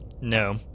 No